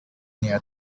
near